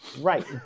Right